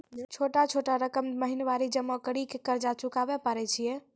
छोटा छोटा रकम महीनवारी जमा करि के कर्जा चुकाबै परए छियै?